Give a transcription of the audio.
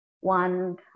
one